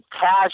cash